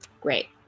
Great